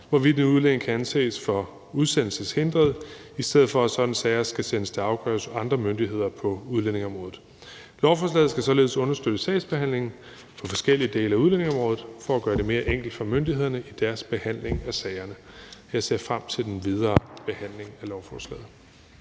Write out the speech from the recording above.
hvorvidt udlændinge kan anses for at være udsendelseshindret, i stedet for at sådanne sager skal sendes til afgørelse hos andre myndigheder på udlændingeområdet. Lovforslaget skal således understøtte sagsbehandlingen på forskellige dele af udlændingeområdet for at gøre det mere enkelt for myndighederne i deres behandling af sagerne. Jeg ser frem til den videre behandling af lovforslaget.